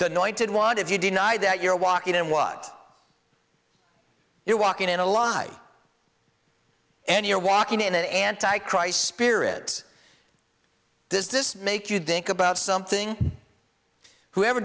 noid did want if you deny that you're walking in what you walking in alive and you're walking in an anti christ spirit does this make you think about something whoever